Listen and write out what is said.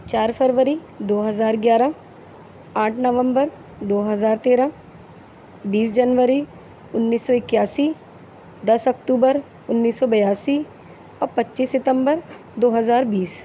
چار فروری دو ہزار گیارہ آٹھ نومبر دو ہزار تیرہ بیس جنوری انیس سو اکیاسی دس اکتوبر انیس سو بیاسی اور پچیس ستمبر دو ہزار بیس